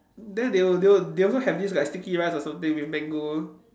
then they al~ they al~ they also have like this sticky rice or something with mango